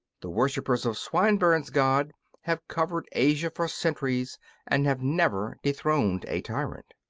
the worshippers of swinburne's god have covered asia for centuries and have never dethroned a tyrant.